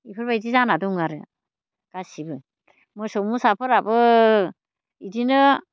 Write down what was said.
बेफोरबायदि जाना दं आरो गासैबो मोसौ मोसाफोराबो बिदिनो